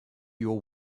your